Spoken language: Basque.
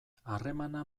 harremana